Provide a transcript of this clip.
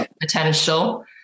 potential